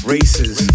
Races